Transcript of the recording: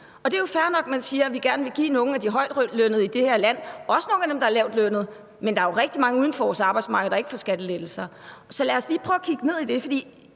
Og det er jo fair nok, at man siger, at man gerne vil give nogle af de højtlønnede i det her land – og også nogle af dem, der er lavtlønnede – skattelettelser, men der er jo rigtig mange uden for vores arbejdsmarked, der ikke får skattelettelser. Så lad os lige prøve at kigge ned i det. I